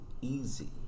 easy